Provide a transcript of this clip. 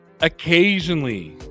Occasionally